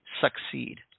succeed